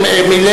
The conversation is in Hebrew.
חבר